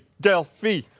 Delphi